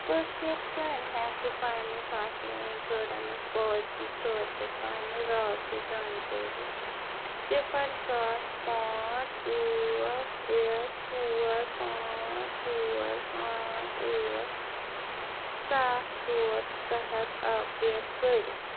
بہٕ کِتھ کٔنۍ ہیٚکہٕ پننہِ فصٕل انشوریٚنٕس پوٛالسی خٲطرٕ پننہِ رٲبطٕچ زانکٲری صفر ستھ پانٛژھ ٲٹھ ترٛےٚ ژور پانٛژھ ژور پانٛژھ ٲٹھ ستھ ژور تحت اپ ڈیٹ کٔرتھ